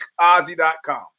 Ozzy.com